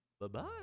Bye-bye